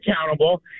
accountable